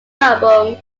album